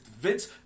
Vince